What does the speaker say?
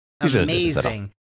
Amazing